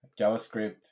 JavaScript